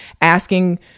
asking